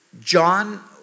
John